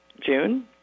june